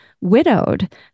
widowed